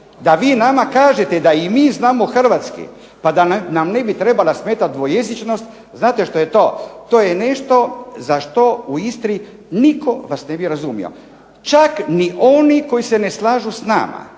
da vi nama kažete da i mi znamo hrvatski pa da nam ne bi trebala smetati dvojezičnost. Znate što je to? To je nešto za što u Istri nitko vas ne bi razumio čak ni oni koji se ne slažu s nama